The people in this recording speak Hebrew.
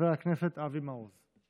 חבר הכנסת אבי מעוז.